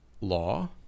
law